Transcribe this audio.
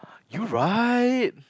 you right